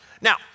Now